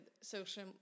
social